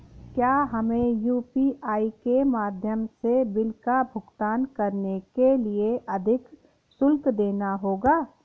क्या हमें यू.पी.आई के माध्यम से बिल का भुगतान करने के लिए अधिक शुल्क देना होगा?